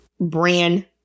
brand